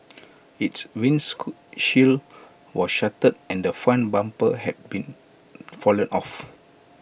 its windshield was shattered and the front bumper had been fallen off